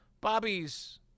bobby's